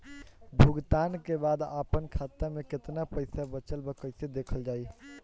भुगतान के बाद आपन खाता में केतना पैसा बचल ब कइसे देखल जाइ?